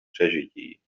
přežití